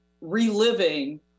reliving